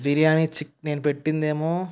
బిర్యాని ఛి నేను పెట్టిందేమో